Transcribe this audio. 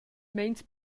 meins